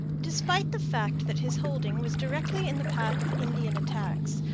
despite the fact that his holding was directly in the path of indian attacks,